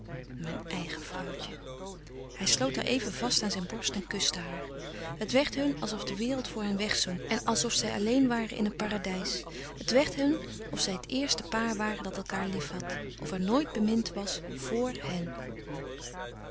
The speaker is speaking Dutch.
mijn eigen vrouwtje hij sloot haar even vast aan zijn borst en kuste haar het werd hun alsof de wereld voor hen wegzonk en alsof zij alleen waren in een paradijs het werd hun of zij het eerste paar waren dat elkaâr liefhad of er nooit bemind was vor hen